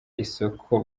isoko